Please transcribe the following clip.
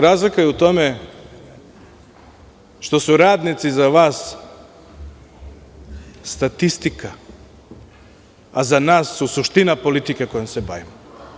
Razlika je u tome što su radnici za vas statistika, a za nas su suština politike kojom se bavimo.